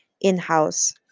in-house